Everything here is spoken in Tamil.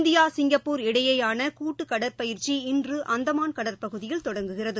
இந்தியா சிங்கப்பூர் இடையேயானகூட்டுகடற்பயிற்சி இன்றுஅந்தமான் கடற்பகுதியில் தொடங்குகிறது